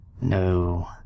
No